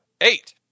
Eight